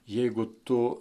jeigu tu